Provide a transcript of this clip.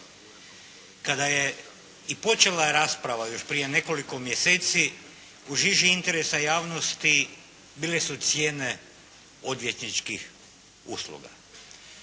Kada je i počela rasprava još prije nekoliko mjeseci u žiži interesa javnosti bile su cijene odvjetničkih usluga.